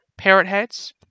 Parrotheads